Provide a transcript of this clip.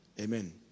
Amen